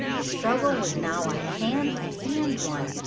the struggle was now a hand-to-hand one,